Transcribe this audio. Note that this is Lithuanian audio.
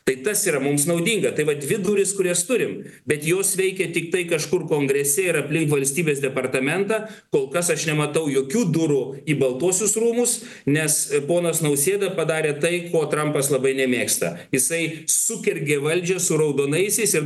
tai tas yra mums naudinga tai va dvi durys kurias turim bet jos veikė tiktai kažkur kongrese ir aplink valstybės departamentą kol kas aš nematau jokių durų į baltuosius rūmus nes ponas nausėda padarė tai ko trumpas labai nemėgsta jisai sukergė valdžią su raudonaisiais ir